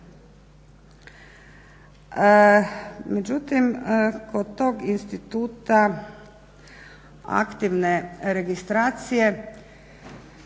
Međutim kod tog instituta aktivne registracije